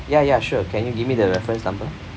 ya ya sure can you give me the reference number